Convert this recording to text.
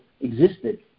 existed